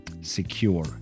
secure